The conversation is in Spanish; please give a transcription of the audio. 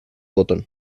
botón